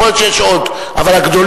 יכול להיות שיש עוד, אבל אלה הגדולים.